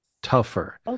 tougher